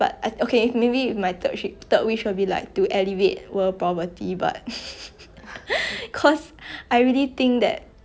cause I really think that like when you're poor it it has a lot of repercussions not only on your